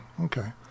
Okay